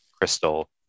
crystal